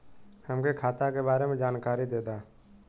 हमके खाता के बारे में जानकारी देदा?